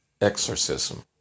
exorcism